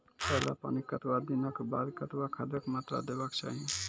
पहिल पानिक कतबा दिनऽक बाद कतबा खादक मात्रा देबाक चाही?